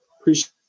appreciate